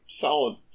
solid